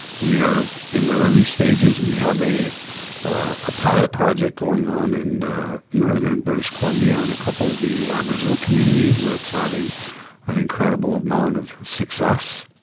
we're in the early stages, we have a a pilot project going on in northern british columbia on a couple of the aboriginal communities, that's having an incredible amount of success.